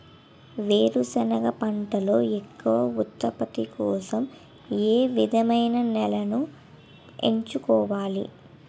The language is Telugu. వేరుసెనగ పంటలో ఎక్కువ ఉత్పత్తి కోసం ఏ విధమైన నేలను ఎంచుకోవాలి?